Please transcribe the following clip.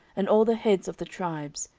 and all the heads of the tribes,